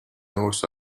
north